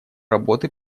работы